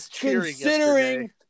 considering